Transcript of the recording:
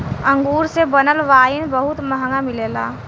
अंगूर से बनल वाइन बहुत महंगा मिलेला